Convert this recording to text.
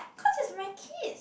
because it's my kid